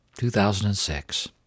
2006